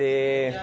ਅਤੇ